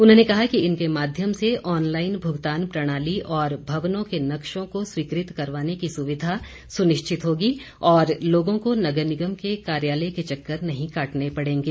उन्होंने कहा कि इनके माध्यम से ऑनलाईन भुगतान प्रणाली और भवनों के नक्शों को स्वीकृत करवाने की सुविधा सुनिश्चित होगी और लोगों को नगर निगम के कार्यालय के चक्कर नहीं काटने पड़ेंगे